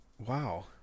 Wow